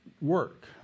work